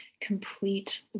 complete